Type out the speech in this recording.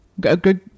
Good